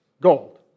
gold